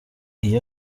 iyo